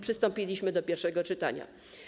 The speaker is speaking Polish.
Przystąpiliśmy do pierwszego czytania.